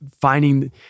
finding